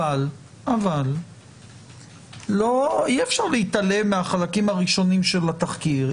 אבל אי אפשר להתעלם מהחלקים הראשונים של התחקיר.